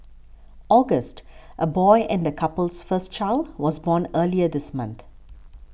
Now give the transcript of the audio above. august a boy and the couple's first child was born earlier this month